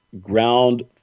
ground